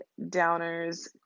downers